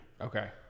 Okay